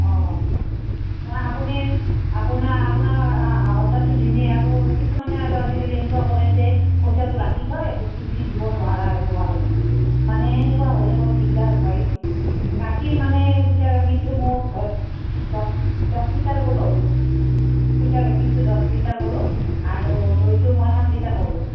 অঁ আপুনি আপোনাৰ আপোনাৰ অৰ্ডাৰটো দিমেই আৰু কিছুমানে আৰু আজিকালি এনেকুৱা কৰে যে পইচাটো ৰাখি থয় বস্তুখিনি দিব নোৱাৰা নোৱাৰে মানে সেনেকুৱা হ'লে বৰ দিগদাৰ হয় গাখীৰ মানে গাখীৰটো মোক দহ দহ লিটাৰ ক'লোঁ গাখীৰটো দছ লিটাৰ ক'লোঁ আৰু দৈটো মই সাত লিটাৰ ক'লোঁ